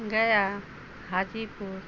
Gaya Hajipur